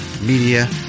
media